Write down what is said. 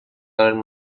learn